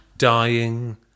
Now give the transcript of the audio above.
Dying